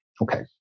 Okay